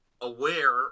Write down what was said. aware